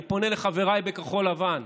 אני פונה לחבריי בכחול לבן,